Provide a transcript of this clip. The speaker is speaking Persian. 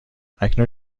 اکنون